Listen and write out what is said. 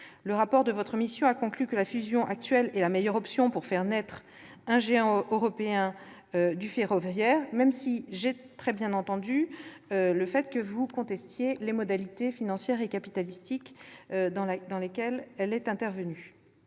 Le rapport de votre mission a conclu que la fusion actuelle était la meilleure option pour faire naître un géant européen du ferroviaire, même si j'ai bien entendu que vous en contestiez les modalités financières et capitalistiques. Mais il était vital